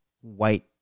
white